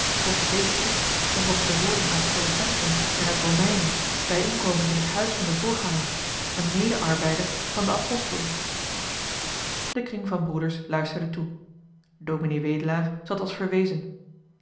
volgens dezen tekst en volgens de woorden uit colossensen en uit romeinen bijeen komend in het huis van den voorganger een mede arbeider van den apostel de kring van broeders luisterde toe ds wedelaar zat als verwezen